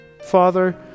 Father